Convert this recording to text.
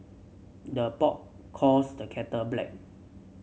the pot calls the kettle black